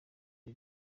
ari